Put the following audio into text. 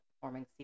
performing